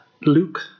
Luke